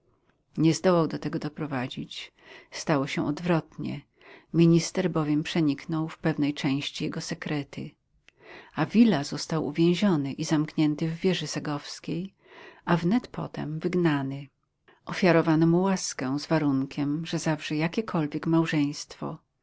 nie zdołał do tego doprowadzić stało się odwrotnie minister bowiem przeniknął w pewnej części jego sekrety avila został uwięziony i zamknięty w wieży segowskiej a wnet potem wygnany ofiarowano mu łaskę z warunkiem że zawrze jakiekolwiek małżeństwo